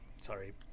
sorry